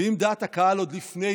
ואם דעת הקהל עוד לפני